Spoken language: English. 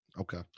Okay